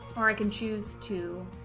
or i can choose to